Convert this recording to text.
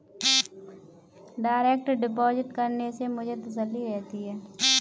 direct deposit करने से मुझे तसल्ली रहती है